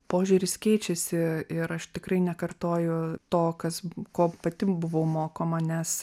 požiūris keičiasi ir aš tikrai nekartoju to kas ko pati buvau mokoma nes